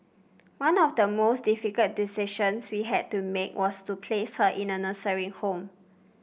one of the most difficult decisions we had to make was to place her in a nursing home